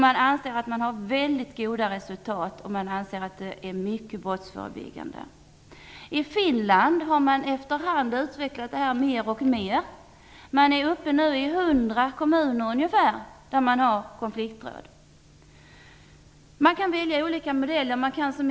Man anser att resultaten är bra och att denna verksamhet är mycket brottsförebyggande. I Finland har man efter hand utvecklat verksamheten alltmer. Man har nu konfliktråd i ungefär 100 Man kan välja olika modeller för detta.